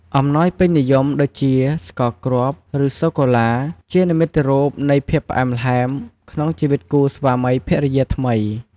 អំណោយពេញនិយមដូចជា ស្ករគ្រាប់ ឬសូកូឡា ជានិមិត្តរូបនៃភាពផ្អែមល្ហែមក្នុងជីវិតគូស្វាមីភរិយាថ្មី។